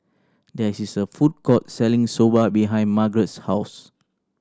there is a food court selling Soba behind Margarett's house